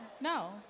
no